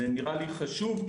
נראה לי חשוב,